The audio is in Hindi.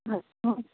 अच्छा